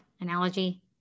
analogy